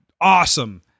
awesome